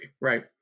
right